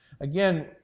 Again